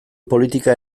politika